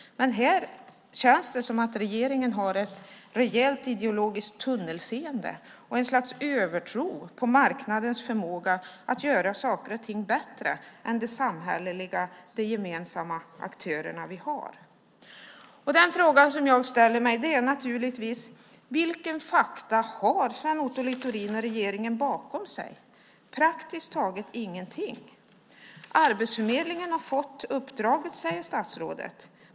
Men här känns det som att regeringen har ett rejält ideologiskt tunnelseende och ett slags övertro på marknadens förmåga att göra saker och ting bättre än de samhälleliga gemensamma aktörer vi har. Den fråga jag ställer mig är naturligtvis: Vilka fakta har Sven Otto Littorin och regeringen bakom sig? Det är praktiskt taget ingenting! Arbetsförmedlingen har fått uppdraget, säger statsrådet.